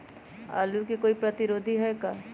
आलू के कोई प्रतिरोधी है का?